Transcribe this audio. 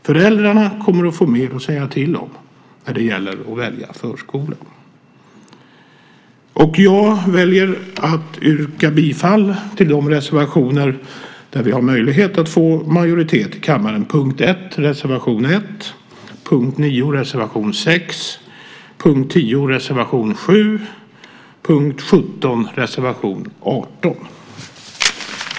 Föräldrarna kommer att få mer att säga till om när det gäller att välja förskola. Jag väljer att yrka bifall till de reservationer där vi har möjlighet att få majoritet i kammaren: reservation 1 under punkt 1, reservation 6 under punkt 9, reservation 7 under punkt 10 och reservation 18 under punkt 17.